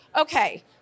Okay